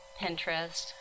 Pinterest